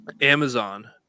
Amazon